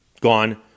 gone